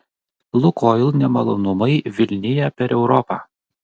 lukoil nemalonumai vilnija per europą